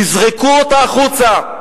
תזרקו אותה החוצה.